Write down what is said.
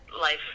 life